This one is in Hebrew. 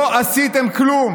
לא עשיתם כלום.